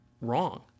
wrong